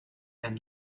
and